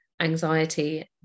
anxiety